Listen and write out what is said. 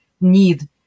need